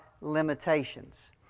limitations